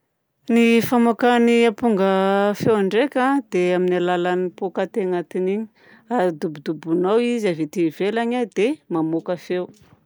Ny famoakan'ny aponga feo ndraika a dia amin'ny alalan'ny paokaty agnatiny igny; dobodobohinao izy avy aty ivelany a dia mamoaka feo.